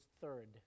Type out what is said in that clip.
third